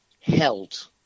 held